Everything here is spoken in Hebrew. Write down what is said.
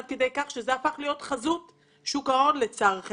עד כדי כך שזה הפך להיות חזות שוק ההון לצערכם,